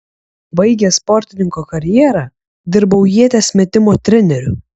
baigęs sportininko karjerą dirbau ieties metimo treneriu